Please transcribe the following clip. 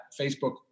Facebook